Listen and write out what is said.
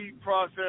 process